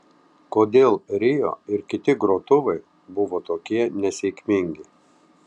kodėl rio ir kiti grotuvai buvo tokie nesėkmingi